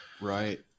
right